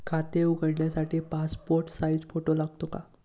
खाते उघडण्यासाठी passport size photo लागतो का?